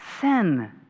sin